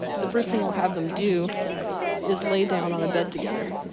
the first thing i'll have them do is lay down on a bed together.